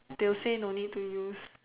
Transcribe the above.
they will say no need to use